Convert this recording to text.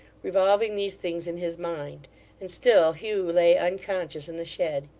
revolving these things in his mind and still hugh lay, unconscious, in the shed.